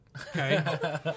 Okay